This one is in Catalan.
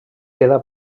quedà